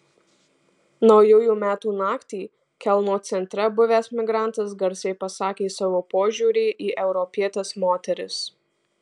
naujųjų metų naktį kelno centre buvęs migrantas garsiai pasakė savo požiūrį į europietes moteris